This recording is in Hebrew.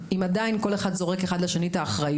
חורים; אם עדיין כל אחד זורק לשני את האחריות,